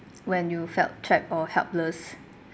when you felt trapped or helpless